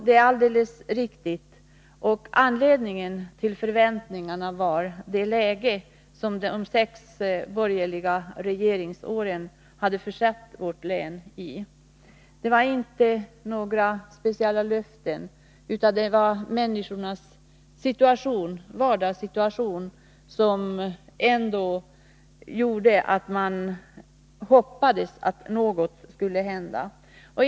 Det är alldeles riktigt, och anledningen till förväntningarna var det läge som de sex borgerliga regeringsåren hade försatt vårt land i. Det var inte några speciella löften, utan människornas vardagssituation, som gjorde att man hoppades att något skulle hända.